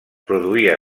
produïa